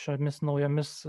šiomis naujomis